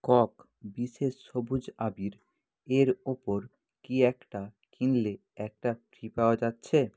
cock বিশেষ সবুজ আবীর এর ওপর কি একটা কিনলে একটা ফ্রি পাওয়া যাচ্ছে